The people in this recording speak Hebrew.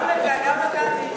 גם אתה, גם אתה.